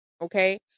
Okay